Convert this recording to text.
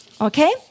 Okay